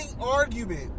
argument